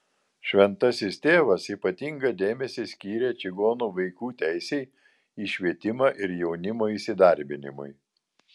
šventasis tėvas ypatingą dėmesį skyrė čigonų vaikų teisei į švietimą ir jaunimo įsidarbinimui